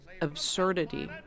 absurdity